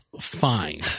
fine